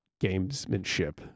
gamesmanship